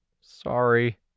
Sorry